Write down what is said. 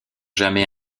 jamais